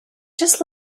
just